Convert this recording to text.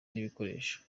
n’ibikoresho